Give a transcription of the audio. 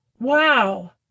Wow